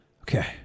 Okay